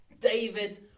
David